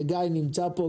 וגיא נמצא פה.